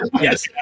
yes